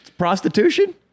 prostitution